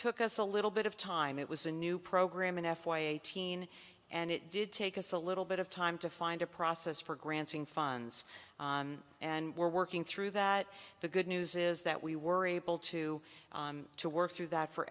took us a little bit of time it was a new program in f y eighteen and it did take us a little bit of time to find a process for granting funds and we're working through that the good news is that we were able to to work through that for